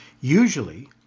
usually